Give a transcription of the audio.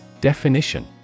Definition